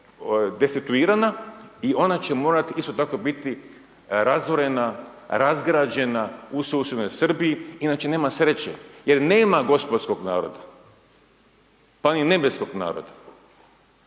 destituirana, i ona će isto tak morati biti razorena, razgrađena u susjednoj Srbiji, inače nema sreće, jer nema gospodskog naroda, pa ni nebeskog naroda.